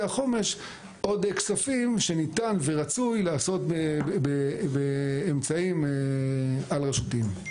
החומש עוד כספים שניתן ורצוי לעשות באמצעים על-רשותיים.